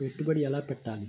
పెట్టుబడి ఎలా పెట్టాలి?